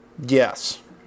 Yes